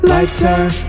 Lifetime